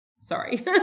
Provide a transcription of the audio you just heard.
Sorry